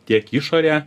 tiek išorę